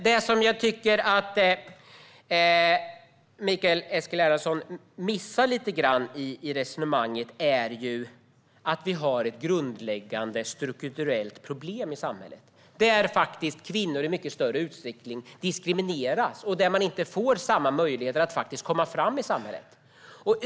Det jag tycker att Mikael Eskilandersson missar lite grann i sitt resonemang är det grundläggande strukturella problem vi har i samhället i och med att kvinnor i mycket större utsträckning diskrimineras och inte får samma möjligheter att komma fram i samhället.